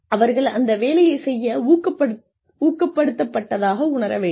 அவர்கள் அந்த வேலையை செய்ய ஊக்கப்படுத்தப்பட்டதாக உணர வேண்டும்